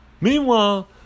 Meanwhile